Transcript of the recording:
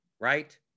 right